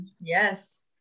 Yes